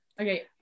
Okay